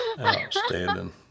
Outstanding